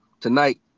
tonight